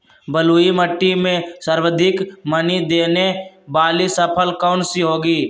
बलुई मिट्टी में सर्वाधिक मनी देने वाली फसल कौन सी होंगी?